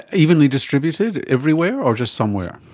evenly distributed everywhere or just somewhere?